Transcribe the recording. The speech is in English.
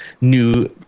new